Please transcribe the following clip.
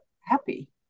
happy